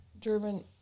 German